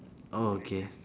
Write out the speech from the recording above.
oh okay